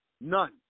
None